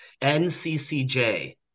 NCCJ